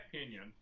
opinion